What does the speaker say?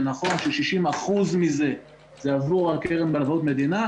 זה נכון ש-60% מזה זה עבור הקרן בערבות המדינה,